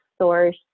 source